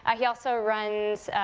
ah he also runs,